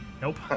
Nope